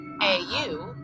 a-u